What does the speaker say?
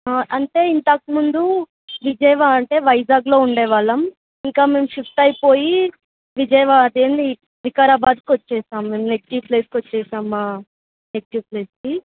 అంటే ఇంతకుముందు విజయవాడ అంటే వైజాగ్లో ఉండే వాళ్ళం ఇంకా మేము షిఫ్ట్ అయిపోయి విజయవాడ అదేంటి వికారాబాద్కి వచ్చేసాము మేము నెగిటివ్ ప్లేస్కొచ్చేశాం నెగిటివ్ ప్లేస్కి